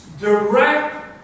Direct